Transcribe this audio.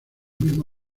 mismo